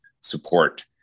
support